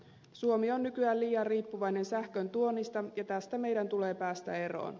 suomi on nykyään liian riippuvainen sähköntuonnista ja tästä meidän tulee päästä eroon